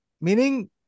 meaning